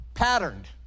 patterned